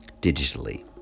digitally